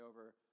over